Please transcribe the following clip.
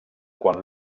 quan